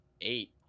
eight